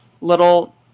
little